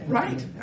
right